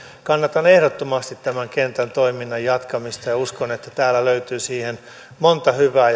kannatan ehdottomasti tämän kentän toiminnan jatkamista ja uskon että täällä löytyy siihen monta hyvää